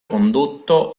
condotto